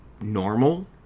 normal